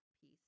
piece